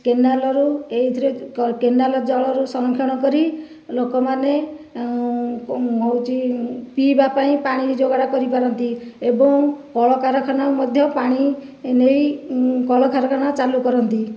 କେନାଲରୁ ଏଥିରେ କେନାଲ ଜଳରୁ ସଂରକ୍ଷଣ କରି ଲୋକମାନେ ପିଇବା ପାଇଁ ପାଣି ଯୋଗାଣ କରିପାରନ୍ତି ଏବଂ କଳକାରଖାନା ମଧ୍ୟ ପାଣି ନେଇ କଳକାରଖାନା ଚାଲୁ କରନ୍ତି